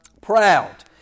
Proud